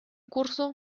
curso